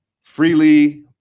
Freely